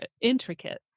intricate